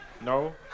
No